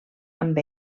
amb